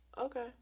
Okay